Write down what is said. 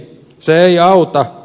ei se ei auta